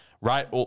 right